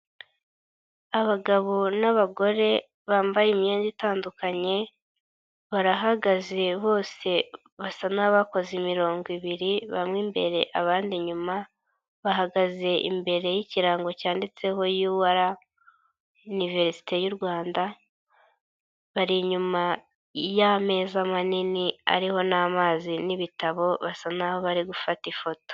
Abagabo n'abagore bambaye imyenda itandukanye barahagaze bose basa n'abakoze imirongo ibiri bamwe imbere abandi inyuma, bahagaze imbere y'ikirango cyanditseho UR Iniverisite y'u rwanda bari inyuma y'ameza manini ariho n'amazi n'ibitabo basa naho bari gufata ifoto.